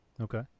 Okay